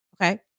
Okay